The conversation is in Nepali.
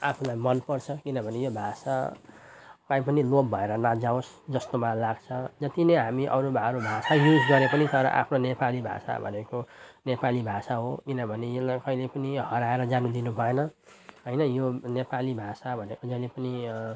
आफूलाई मनपर्छ किनभने यो भाषा काहीँ पनि लोप भएर नजाओस् जस्तो मलाई लाग्छ जति नै हामी अरू अरू भाषा युज गरे पनि तर आफ्नो नेपाली भाषा भनेको नेपाली भाषा हो किनभने यसलाई कहिल्यै पनि हराएर जानु दिनुभएन होइन यो नेपाली भाषा भनेको जहिले पनि